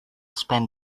spend